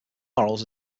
morals